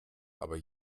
aber